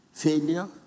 failure